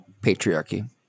patriarchy